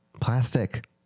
Plastic